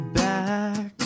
back